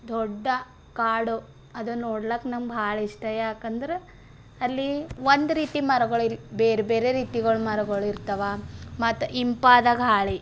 ದೊಡ್ಡ ಕಾಡು ಅದು ನೋಡ್ಲಿಕ್ಕೆ ನಮಗೆ ಬಹಳ ಇಷ್ಟ ಯಾಕೆಂದ್ರೆ ಅಲ್ಲಿ ಒಂದು ರೀತಿ ಮರಗಳು ಬೇರ್ಬೇರೆ ರೀತಿಗಳು ಮರಗಳು ಇರ್ತಾವ ಮತ್ತೆ ಇಂಪಾದ ಗಾಳಿ